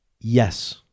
Yes